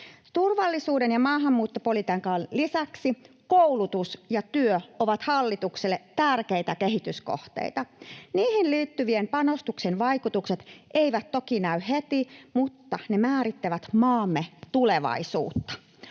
Turvallisuuden ja maahanmuuttopolitiikan lisäksi koulutus ja työ ovat hallitukselle tärkeitä kehityskohteita. Niihin liittyvien panostusten vaikutukset eivät toki näy heti, mutta ne määrittävät maamme tulevaisuutta.